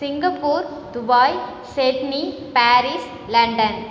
Singapore Dubai Sydney Paris London